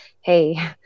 Hey